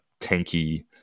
tanky